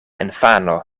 infano